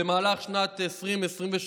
במהלך שנת 2023,